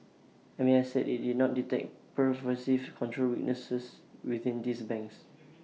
M A S said IT did not detect pervasive control weaknesses within these banks